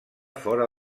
fora